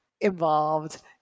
involved